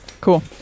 Cool